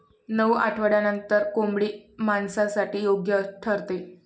नऊ आठवड्यांनंतर कोंबडी मांसासाठी योग्य ठरते